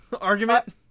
argument